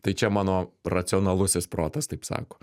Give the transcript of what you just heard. tai čia mano racionalusis protas taip sako